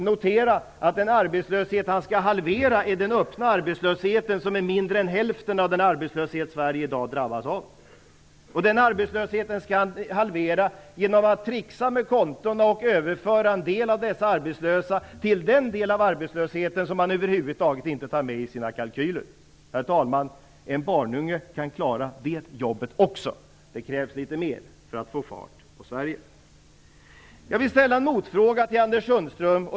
Notera att den arbetslöshet som han skall halvera är den öppna arbetslösheten, som är mindre än hälften av den arbetslöshet som Sverige i dag drabbas av! Den arbetslösheten skall han halvera genom att tricksa med konton och överföra en del av dessa arbetslösa till den del av arbetslösheten som han över huvud taget inte tar med i sina kalkyler. Herr talman! En barnunge kan klara det jobbet också. Det krävs litet mer för att få fart på Sverige. Jag vill ställa en motfråga till Anders Sundström.